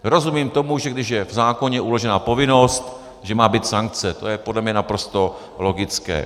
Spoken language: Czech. Rozumím tomu, že když je v zákoně uložena povinnost, že má být sankce, to je podle mě naprosto logické.